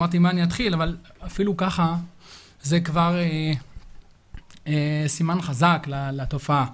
אפילו זה כבר סימן חזק לתופעה,